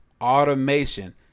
Automation